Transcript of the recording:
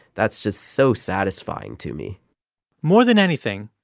that's just so satisfying to me more than anything,